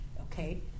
okay